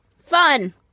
Fun